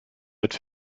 mit